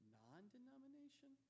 non-denomination